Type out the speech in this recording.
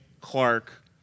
Clark